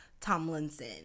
Tomlinson